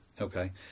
okay